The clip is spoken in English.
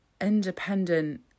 independent